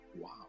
Wow